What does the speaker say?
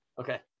Okay